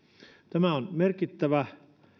tämä on merkittävä